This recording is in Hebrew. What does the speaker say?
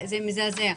מזעזע.